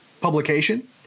publication